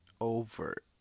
over